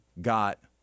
got